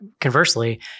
conversely